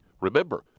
Remember